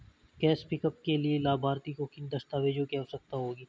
Cash pickup के लिए लाभार्थी को किन दस्तावेजों की आवश्यकता होगी?